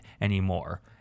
anymore